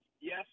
Yes